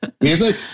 Music